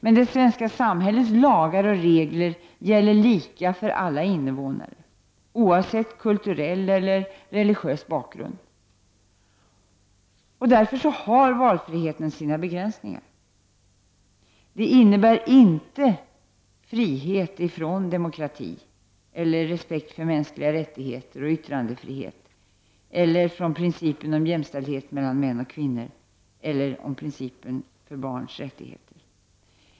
Men det svenska samhällets lagar och regler gäller lika för alla invånare oavsett kulturell eller religiös bakgrund. Därför har valfriheten sina begränsningar. Den innebär inte frihet från demokrati, från respekt för mänskliga rättigheter, t.ex. yttrandefrihet, eller från principen om jämställdhet mellan kvinnor och män — och om barns rättigheter.